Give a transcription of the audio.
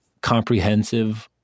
comprehensive